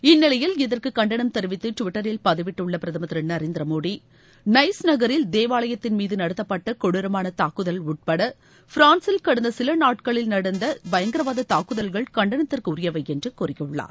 இந்நிலையில் இதற்கு கண்டனம் தெரிவித்து டுவிட்டரில் பதிவிட்டுள்ள பிரதமர் திரு நரேந்திர மோடி நைஸ் நகரில் தேவாலயம் மீது கொடூரமான தாக்குதல் உட்பட பிரான்சில் கடந்த சில நாட்களில் நடந்த பயங்கரவாத தாக்குதல்கள் கண்டனத்திற்கு உரியவை என்று கூறியுள்ளார்